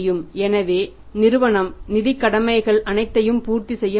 எனவே நிறுவனம் நிதிக் கடமைகள் அனைத்தையும் பூர்த்தி செய்ய முடியும்